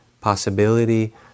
possibility